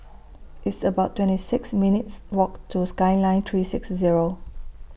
It's about twenty six minutes' Walk to Skyline three six Zero